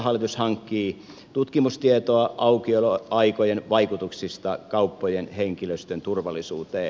hallitus hankkii tutkimustietoa aukioloaikojen vaikutuksista kauppojen henkilöstön turvallisuuteen